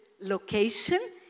location